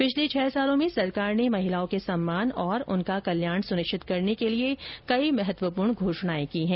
पिछले छह वर्षों में सरकार ने महिलाओं के सम्मान और उनका कल्याण सुनिश्चित करने की कई अत्यंत महत्वपूर्ण घोषणाएं की है